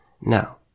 Now